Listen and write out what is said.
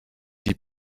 die